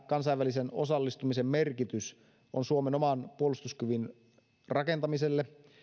kansainvälisen osallistumisen merkitys on suomen oman puolustuskyvyn rakentamiselle